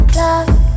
love